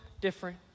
different